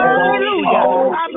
Hallelujah